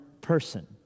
person